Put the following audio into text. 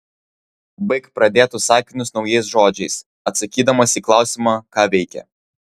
baik pradėtus sakinius naujais žodžiais atsakydamas į klausimą ką veikė